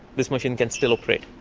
this machine can still operate.